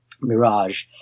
Mirage